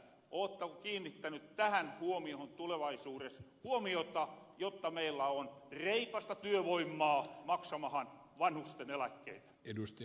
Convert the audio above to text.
oottako kiinnittäny tähän huomiota jotta meillä on tulevaisuures reipasta työvoimaa maksamahan vanhusten eläkkeitä